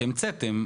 שהמצאתם,